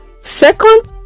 second